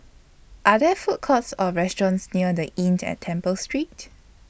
Are There Food Courts Or restaurants near The Inn At Temple Street